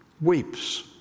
weeps